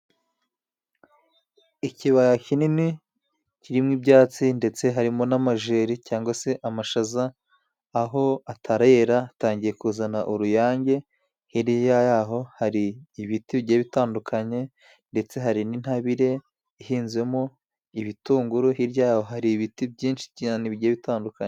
Ikibaya kinini kirimo ibyatsi ndetse harimo n'amajeri cyangwa se amashaza aho atarera atangiye kuzana uruyange, hirya y'aho hari ibiti bigiye bitandukanye ndetse hari n'intabire ihinzemo ibitunguru, hirya y'aho hari ibiti byinshi cyane bigiye bitandukanye.